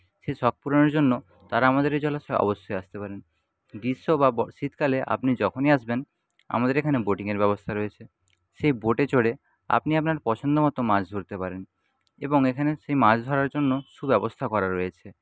সেই শখ পূরণের জন্য তারা আমাদের এই জলাশয়ে অবশ্যই আসতে পারেন গ্রীষ্ম বা শীতকালে আপনি যখনই আসবেন আমাদের এখানে বোটিংয়ের ব্যবস্থা রয়েছে সেই বোটে চড়ে আপনি আপনার পছন্দমতো মাছ ধরতে পারেন এবং এখানে সেই মাছ ধরার জন্য সুব্যবস্থা করা রয়েছে